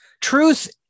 truth